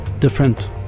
different